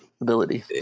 ability